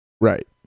right